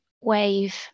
wave